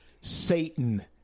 Satan